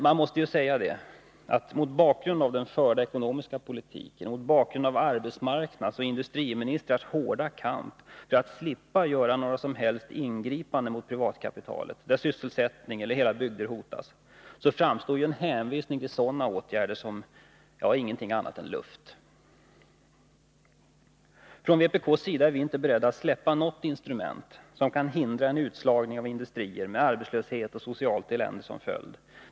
Man måste säga att mot bakgrund av den förda ekonomiska politiken och mot bakgrund av arbetsmarknadsoch industriministrars hårda kamp för att slippa göra några som helst ingripanden mot privatkapitalet när sysselsättning eller hela bygder hotas, framstår en sådan hänvisning som ingenting annat än luft. Från vpk:s sida är vi inte beredda att släppa något instrument som kan hindra en utslagning av industrier, med arbetslöshet och socialt elände som följd.